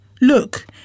look